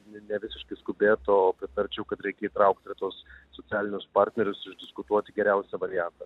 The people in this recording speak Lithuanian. ne ne visiškai skubėt o pritarčiau kad reikia įtraukt ir tuos socialinius partnerius išdiskutuoti geriausią variantą